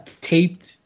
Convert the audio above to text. taped